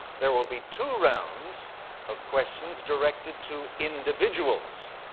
there will be two rounds of questions directed to individuals.